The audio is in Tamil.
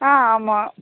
ஆ ஆமாம்